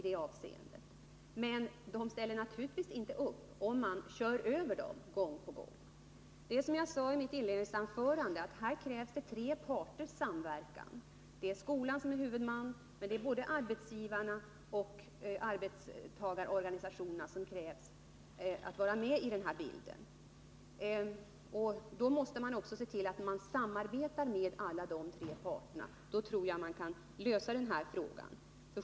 Men de gör det naturligtvis inte, om man gång på gång kör över dem. Som jag sade i mitt inledningsanförande krävs det samverkan mellan tre parter, nämligen skolan som huvudman, arbetsgivarna och arbetstagarorganisationerna. Om ett sådant samarbete kommer till stånd, tror jag att man också kan lösa den här frågan.